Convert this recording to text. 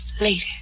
later